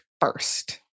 first